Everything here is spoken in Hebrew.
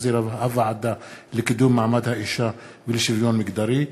שהחזירה הוועדה לקידום מעמד האישה ולשוויון מגדרי,